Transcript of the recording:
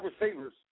receivers